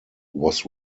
was